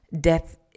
death